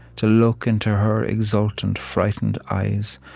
to look into her exultant frightened eyes,